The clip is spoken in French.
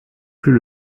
plus